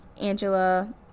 Angela